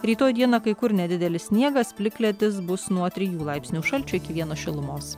rytoj dieną kai kur nedidelis sniegas plikledis bus nuo trijų laipsnių šalčio iki vieno šilumos